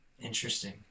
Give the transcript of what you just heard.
Interesting